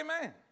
amen